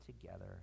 together